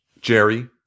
jerry